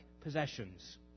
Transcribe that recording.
possessions